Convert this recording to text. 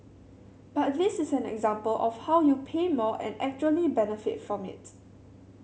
but this is an example of how you pay more and actually benefit from it